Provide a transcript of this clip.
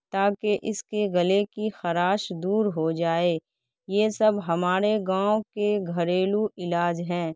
تاکہ اس کے گلے کی خراش دور ہو جائے یہ سب ہمارے گاؤں کے گھریلو علاج ہیں